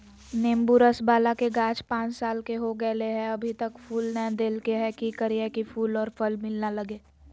नेंबू रस बाला के गाछ पांच साल के हो गेलै हैं अभी तक फूल नय देलके है, की करियय की फूल और फल मिलना लगे?